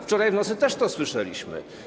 Wczoraj w nocy też to słyszeliśmy.